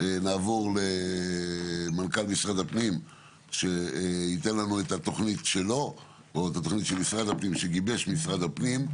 נעבור למנכ"ל משרד הפנים שייתן לנו את התוכנית שגיבש משרד הפנים.